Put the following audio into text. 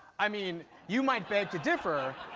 i mean, you might beg to differ.